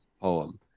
poem